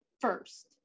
first